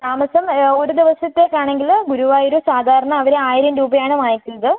താമസം ഒരു ദിവസത്തേക്ക് ആണെങ്കിൽ ഗുരുവായൂർ സാധാരണ അവർ ആയിരം രൂപ ആണ് വാങ്ങിക്കുന്നത്